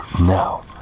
No